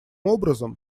образом